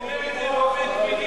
הוא אומר את זה באופן תמידי.